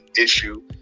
issue